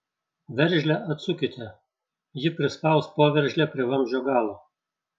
veržlę atsukite ji prispaus poveržlę prie vamzdžio galo